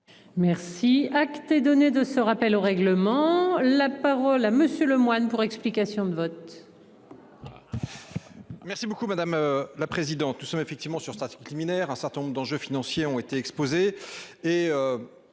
Merci acte est donné de ce rappel au règlement, la parole à Monsieur Lemoine pour explication de vote.